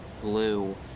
blue